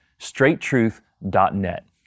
straighttruth.net